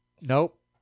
nope